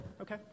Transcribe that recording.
okay